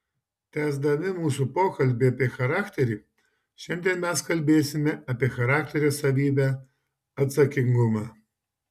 tęsdami mūsų pokalbį apie charakterį šiandien mes kalbėsime apie charakterio savybę atsakingumą